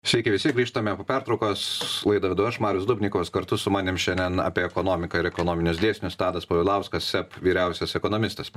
sveiki visi grįžtame po pertraukos laidą vedu aš marius dubnikovas kartu su manim šiandien apie ekonomiką ir ekonominius dėsnius tadas povilauskas seb vyriausias ekonomistas